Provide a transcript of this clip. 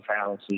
fallacy